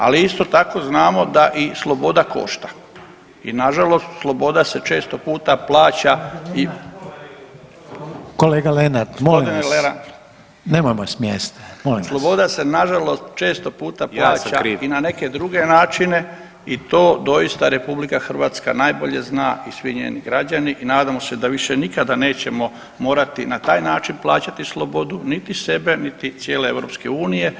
Ali isto tako znamo da i sloboda košta i nažalost sloboda se često puta plaća i [[Upadica Reiner: Kolega Lenart molim vas nemojmo s mjesta.]] gospodine Lenart, sloboda se nažalost često puta plaća [[Upadica: Ja sam kriv.]] i na neke druge načine i to doista RH najbolje zna i svi njeni građani i nadamo se da više nikada nećemo morati na taj način plaćati slobodu niti sebe niti cijele EU.